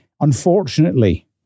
unfortunately